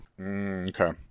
Okay